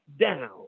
down